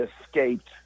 escaped